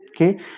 okay